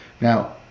now